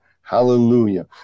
Hallelujah